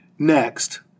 Next